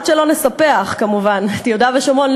עד שלא נספח כמובן את יהודה ושומרון,